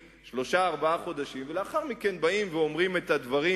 שלושה-ארבעה חודשים ולאחר מכן אומרים את הדברים,